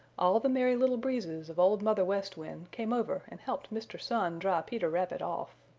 all the merry little breezes of old mother west wind came over and helped mr. sun dry peter rabbit off.